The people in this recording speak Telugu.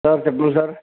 సార్ చెప్పండి సార్